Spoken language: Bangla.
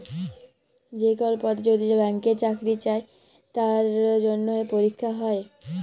যে কল পদে যদি ব্যাংকে চাকরি চাই তার জনহে পরীক্ষা হ্যয়